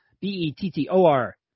B-E-T-T-O-R